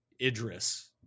Idris